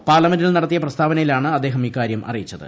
പാർലമെന്റിൽ നടത്തിയ പ്രസ്താവനയിലാണ് അദ്ദേഹം ഇക്കാര്യം അറിയിച്ചത്